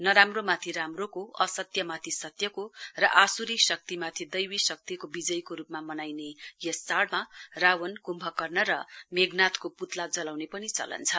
नराम्रोमाथि राम्रोको असत्यमाथि सत्यको र आसुरी शक्तिमाथि दैवी शक्तिको विजयको रुपमा मनाइने यस चाड़मा रावण कुम्भकर्ण र मेघनाथको पुत्ला जलाउने पनि चलन छ